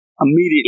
immediately